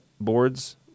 boards